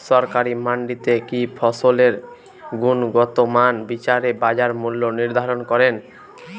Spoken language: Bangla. সরকারি মান্ডিতে কি ফসলের গুনগতমান বিচারে বাজার মূল্য নির্ধারণ করেন?